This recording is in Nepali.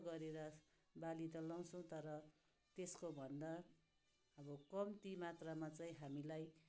दुःख गरेर बाली त लगाउँछौँ तर त्यसको भन्दा अब कम्ती मात्रामा चाहिँ हामीलाई